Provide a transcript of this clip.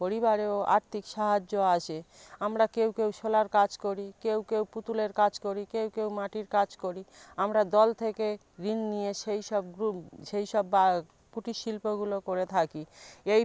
পরিবারেও আর্থিক সাহায্য আসে আমরা কেউ কেউ শোলার কাজ করি কেউ কেউ পুতুলের কাজ করি কেউ কেউ মাটির কাজ করি আমরা দল থেকে ঋণ নিয়ে সেইসব গ্রুপ সেইসব বা কুটির শিল্পগুলো করে থাকি এই